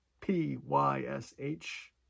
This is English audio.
P-Y-S-H